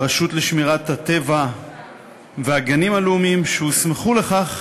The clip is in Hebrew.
הרשות לשמירת הטבע והגנים הלאומיים, שהוסמכו לכך